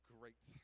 Great